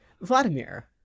Vladimir